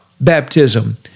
baptism